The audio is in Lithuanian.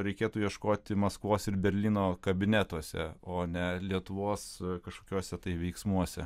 reikėtų ieškoti maskvos ir berlyno kabinetuose o ne lietuvos kažkokiuose tai veiksmuose